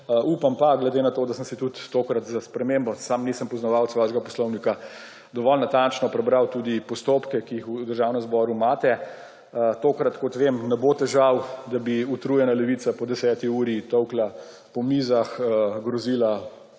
Upam pa, glede na to, da sem si tudi tokrat za spremembo, ker sam nisem poznavalec vašega poslovnika, dovolj natančno prebral tudi postopke, ki jih v Državnem zboru imate, da tokrat, kot vem, ne bo težav, da bi utrujena levica po 22. uri tolkla po mizah, grozila